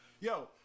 yo